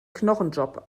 knochenjob